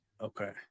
okay